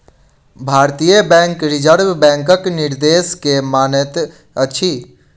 भारतीय bank reserve बैंकक निर्देश के मानैत अछि